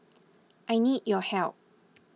I need your help